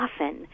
often